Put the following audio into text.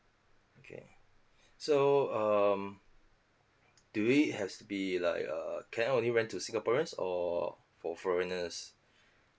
okay so um do it has to be like a can I only rent out to singaporeans or for foreigners